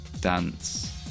dance